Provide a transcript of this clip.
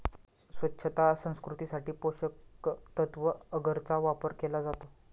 स्वच्छता संस्कृतीसाठी पोषकतत्त्व अगरचा वापर केला जातो